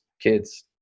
kids